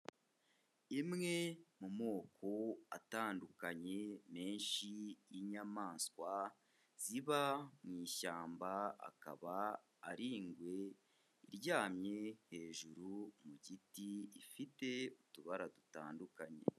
Imwe mu moko atandukanye menshi y'inyamaswa ziba mu ishyamba, akaba ari ingwe iryamye hejuru mu giti, igifite utubara dutandukanye.